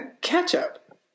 Ketchup